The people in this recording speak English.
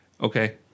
Okay